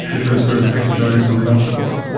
nicholas gruen, thanks for joining us on the health report.